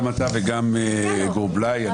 גם אתה וגם גור בליי,